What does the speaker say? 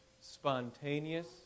spontaneous